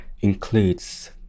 Includes